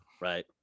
Right